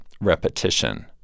repetition